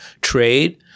trade